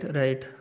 right